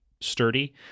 sturdy